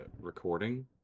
recording